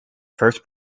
first